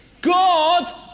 God